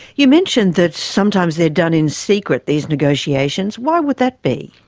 you mentioned that sometimes they are done in secret, these negotiations. why would that be?